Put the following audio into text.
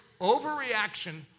Overreaction